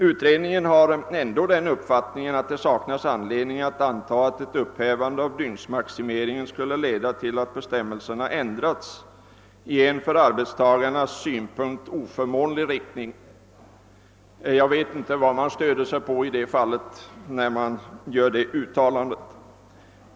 Utredningen har ändå uppfattningen att »det saknas anledning anta att ett upphävande av dygnsmaximeringen skulle leda till att bestämmelserna ändras i en ur arbetstagarnas synpunkt oförmånlig riktning». Jag vet inte vad utredningen stöder sig på i det avseendet.